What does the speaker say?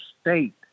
state